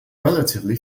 relatively